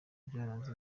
byaranze